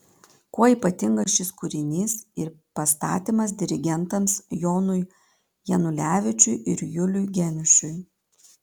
kuo ypatingas šis kūrinys ir pastatymas dirigentams jonui janulevičiui ir juliui geniušui